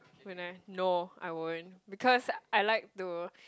when I no I won't because I like to